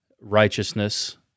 righteousness